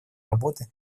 работы